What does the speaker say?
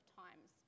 times